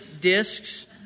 discs